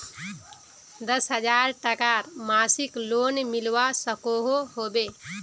दस हजार टकार मासिक लोन मिलवा सकोहो होबे?